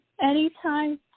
Anytime